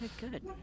good